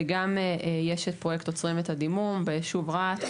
וגם יש פרויקט "עוצרים את הדימום" ביישוב רהט,